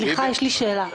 סליחה, יש לי שאלה.